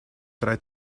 drei